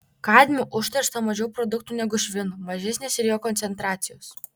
kadmiu užteršta mažiau produktų negu švinu mažesnės ir jo koncentracijos